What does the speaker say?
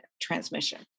transmission